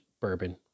bourbon